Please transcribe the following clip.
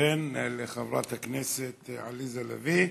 חן-חן לחברת הכנסת עליזה לביא.